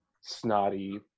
snotty